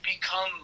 become